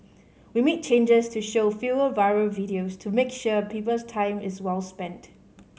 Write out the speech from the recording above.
we made changes to show fewer viral videos to make sure people's time is well spent